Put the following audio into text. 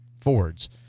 Fords